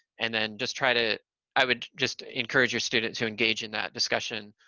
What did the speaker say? and then just try to i would just encourage your students who engage in that discussion,